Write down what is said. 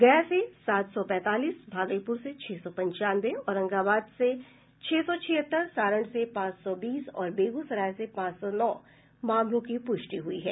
गया से सात सौ पैंतालीस भागलपुर से छह सौ पंचानवे औरंगाबाद से छह सौ छिहत्तर सारण से पांच सौ बीस और बेगूसराय से पांच सौ नौ मामलों की पुष्टि हुई है